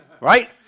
right